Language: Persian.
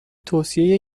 توصیه